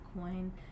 coin